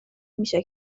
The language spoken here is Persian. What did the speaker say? میشه